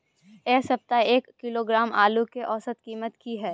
ऐ सप्ताह एक किलोग्राम आलू के औसत कीमत कि हय?